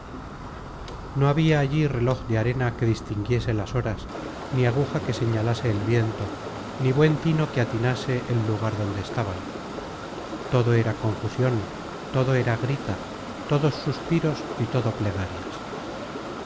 no habia allí reloj de arena que distinguiese las horas ni aguja que señalase el viento ni buen tino que atinase el lugar donde estaban todo era confusion todo era grita todo suspiros y todo plegarias